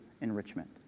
enrichment